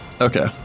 Okay